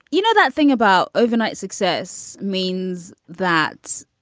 you know that thing about overnight success means that,